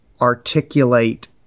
articulate